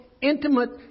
intimate